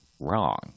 wrong